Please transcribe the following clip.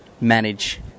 manage